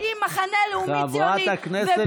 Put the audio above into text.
עם מחנה לאומי-ציוני, חברת הכנסת גולן.